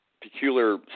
peculiar